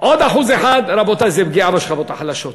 עוד 1% רבותי, זה פגיעה בשכבות החלשות.